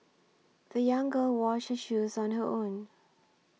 the young girl washed her shoes on her own